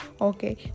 okay